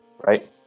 right